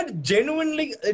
genuinely